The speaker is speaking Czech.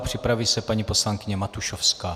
Připraví se paní poslankyně Matušovská.